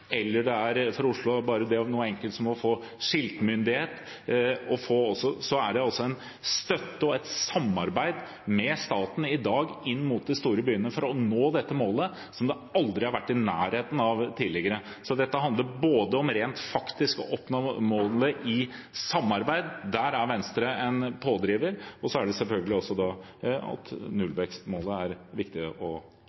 noe så enkelt som å få skiltmyndighet. Det er altså en støtte til og et samarbeid med staten i dag inn mot de store byene for å nå dette målet som vi aldri har vært i nærheten av tidligere. Så dette handler både om rent faktisk å oppnå målene i samarbeid – der er Venstre en pådriver – og selvfølgelig om at nullvekstmålet er viktig å opprettholde. Ole André Myhrvold – til oppfølgingsspørsmål. Statsråden sier hemmeligholdet skyldes at